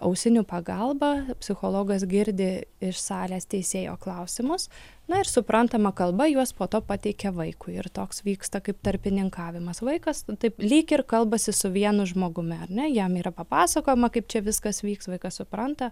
ausinių pagalba psichologas girdi iš salės teisėjo klausimus na ir suprantama kalba juos po to pateikia vaikui ir toks vyksta kaip tarpininkavimas vaikas taip lyg ir kalbasi su vienu žmogumi ar ne jam yra papasakojama kaip čia viskas vyks vaikas supranta